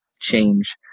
change